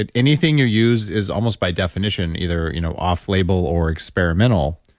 but anything you use is almost by definition either you know off-label or experimental,